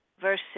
Verse